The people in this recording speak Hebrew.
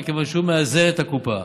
מכיוון שהוא מאזן את הקופה.